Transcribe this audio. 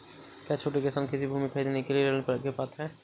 क्या छोटे किसान कृषि भूमि खरीदने के लिए ऋण के पात्र हैं?